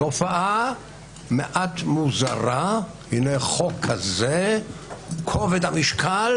תופעה מעט מוזרה של החוק הזה והיא שכובד המשקל